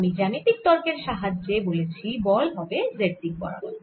আমি জ্যামিতিক তর্কের সাহায্যে বলেছি বল হবে z দিক বরাবর